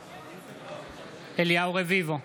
בעד אליהו רביבו,